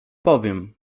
powiem